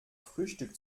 frühstück